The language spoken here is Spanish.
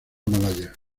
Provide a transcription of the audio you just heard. malaya